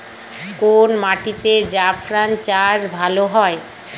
কোন মাটিতে জাফরান চাষ ভালো হয়?